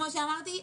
כמו שאמרתי,